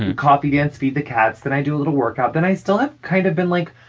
and coffee dance, feed the cats. then i do a little workout. then i still have kind of been, like,